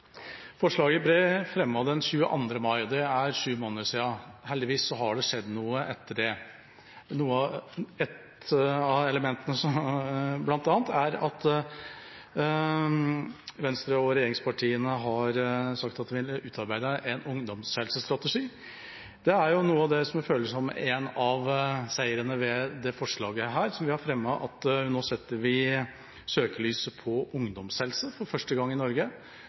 Forslaget ble fremmet den 22. mai, og det er sju måneder siden. Heldigvis har det skjedd noe etter det. Et av elementene er at Venstre og regjeringspartiene har sagt at vi vil utarbeide en ungdomshelsestrategi. Det er noe av det jeg føler som en av seirene med det forslaget vi har fremmet, at nå setter vi søkelyset på ungdomshelse for første gang i Norge,